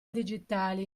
digitali